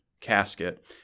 casket